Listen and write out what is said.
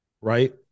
right